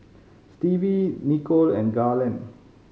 Stevie Nichol and Garland